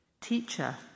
Teacher